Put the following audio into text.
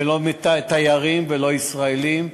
ולא תיירים ולא ישראלים,